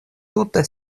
tute